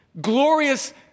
glorious